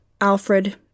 Alfred